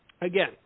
again